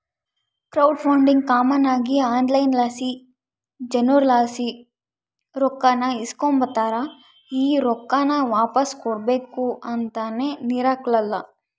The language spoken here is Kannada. ಕ್ರೌಡ್ ಫಂಡಿಂಗ್ ಕಾಮನ್ ಆಗಿ ಆನ್ಲೈನ್ ಲಾಸಿ ಜನುರ್ಲಾಸಿ ರೊಕ್ಕಾನ ಇಸ್ಕಂಬತಾರ, ಈ ರೊಕ್ಕಾನ ವಾಪಾಸ್ ಕೊಡ್ಬಕು ಅಂತೇನಿರಕ್ಲಲ್ಲ